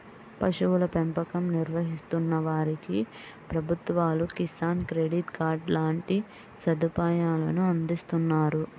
పశువుల పెంపకం నిర్వహిస్తున్న వారికి ప్రభుత్వాలు కిసాన్ క్రెడిట్ కార్డు లాంటి సదుపాయాలను అందిస్తున్నారు